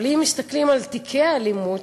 אבל אם מסתכלים על תיקי האלימות,